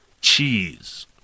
cheese